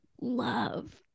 love